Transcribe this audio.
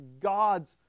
God's